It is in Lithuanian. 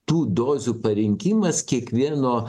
tų dozių parinkimas kiekvieno